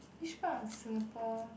which part of Singapore